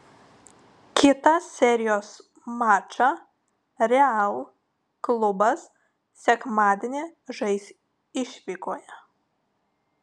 kitą serijos mačą real klubas sekmadienį žais išvykoje